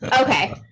Okay